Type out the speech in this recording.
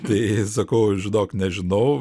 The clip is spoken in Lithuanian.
tai sakau žinok nežinau